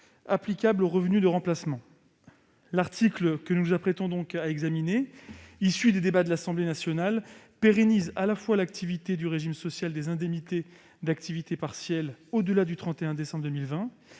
applicable aux revenus de remplacement. L'article que nous examinons, issu des débats de l'Assemblée nationale, pérennise l'activité du régime social des indemnités d'activité partielle au-delà du 31 décembre 2020,